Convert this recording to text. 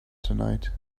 tonight